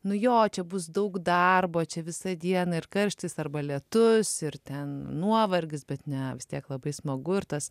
nu jo čia bus daug darbo čia visą dieną ir karštis arba lietus ir ten nuovargis bet ne vis tiek labai smagu ir tas